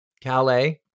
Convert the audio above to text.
Calais